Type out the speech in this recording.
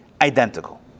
identical